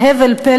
בהבל פה,